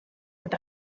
with